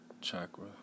chakra